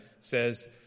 says